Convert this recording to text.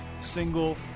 single